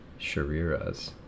shariras